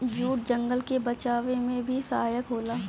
jute जंगल के बचावे में भी सहायक होला